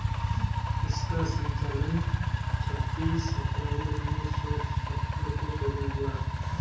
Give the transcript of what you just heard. इसका संचालन छब्बीस अप्रैल उन्नीस सौ सत्तर को शुरू हुआ